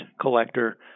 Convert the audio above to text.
collector